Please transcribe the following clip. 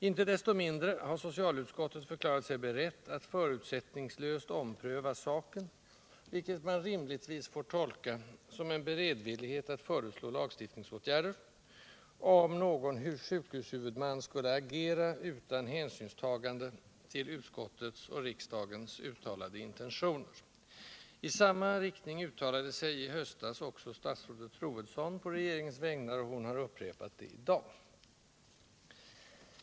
Inte desto mindre har socialutskottet förklarat sig berett att förutsättningslöst ompröva saken — vilket man rimligtvis får tolka som en beredvillighet att föreslå lagstiftningsåtgärder — om någon sjukvårdshuvudman skulle agera utan hänsynstagande till utskottets och riksdagens uttalade intentioner. I samma riktning uttalade sig i höstas också statsrådet Troedsson på regeringens vägnar, och hon har upprepat det i dag.